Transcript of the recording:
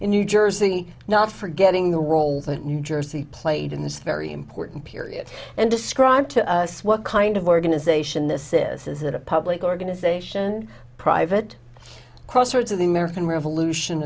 in new jersey not forgetting the role that new jersey played in this very important period and describe to us what kind of organization this this is that a public organization private crossroads of the american revolution